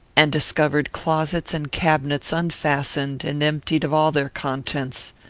and discovered closets and cabinets unfastened and emptied of all their contents.